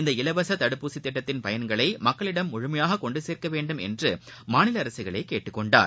இந்த இலவசதடுப்பூசிதிட்டத்தின் பயன்களைமக்களிடம் முழுமையாககொண்டுசேர்க்கவேண்டும் என்றுமாநிலஅரசுகளைகேட்டுக்கொண்டார்